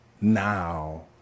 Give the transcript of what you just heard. Now